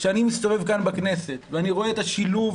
כשאני מסתובב כאן בכנסת ואני רואה את השילוב